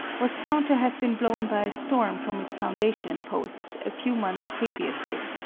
was found to have been blown by a storm from its foundation posts a few months previously.